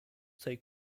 take